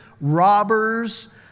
robbers